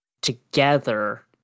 together